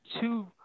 two